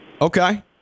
Okay